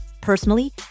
personally